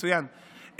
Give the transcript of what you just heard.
מצוין.